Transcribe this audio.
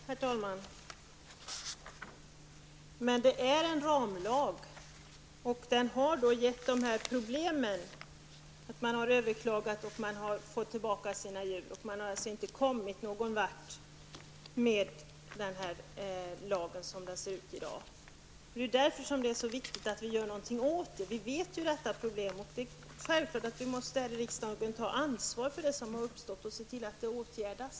Herr talman! Men det är en ramlag, och den har gett de här problemen med överklaganden. Ägare har fått tillbaka sina djur, och man har alltså inte kommit något vart med den här lagen som den ser ut i dag. Därför är det så viktigt att vi gör någonting åt det. Vi vet ju om problemet, och de är självklart att vi här i riksdagen måste ta ansvar för det som har uppstått och se till att det åtgärdas.